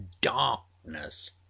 darkness